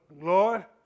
Lord